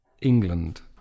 England